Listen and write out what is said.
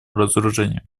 разоружению